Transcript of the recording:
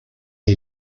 est